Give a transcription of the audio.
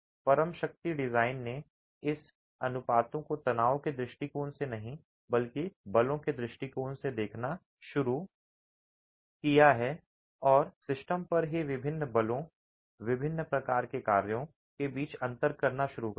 परम शक्ति डिजाइन ने इन अनुपातों को तनाव के दृष्टिकोण से नहीं बल्कि बलों के दृष्टिकोण से देखना शुरू किया और सिस्टम पर ही विभिन्न बलों विभिन्न प्रकार के कार्यों के बीच अंतर करना शुरू कर दिया